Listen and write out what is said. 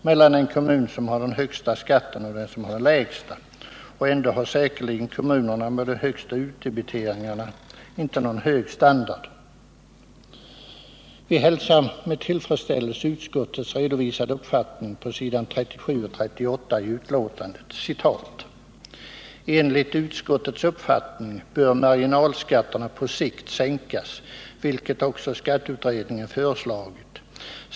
mellan den kommun som har den högsta skatten och den som har den lägsta. Och ändå har säkerligen kommunerna med de högsta utdebiteringarna inte någon hög standard. Vi hälsar med tillfredsställelse skatteutskottets redovisade uppfattning på s. 37 och 38 i betänkandet nr 19: ”Enligt utskottets uppfattning bör marginalskatterna på sikt sänkas, vilket också skatteutredningen föreslagit.